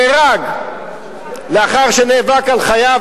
נהרג לאחר שנאבק על חייו,